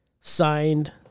signed